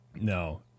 No